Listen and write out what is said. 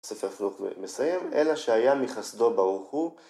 ספר חנוך מסיים, אלא שהיה מחסדו ברוך הוא